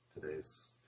today's